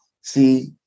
see